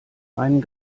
einen